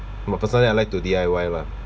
personally I like to D_I_Y lah